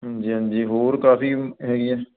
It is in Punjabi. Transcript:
ਹਾਂਜੀ ਹਾਂਜੀ ਹੋਰ ਕਾਫ਼ੀ ਹੈਗੀਆਂ